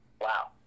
Wow